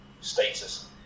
status